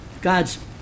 God's